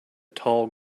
tall